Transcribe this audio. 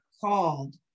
called